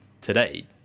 today